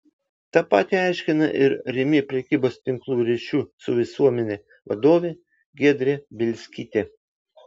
tą patį aiškina ir rimi prekybos tinklo ryšių su visuomene vadovė giedrė bielskytė